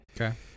Okay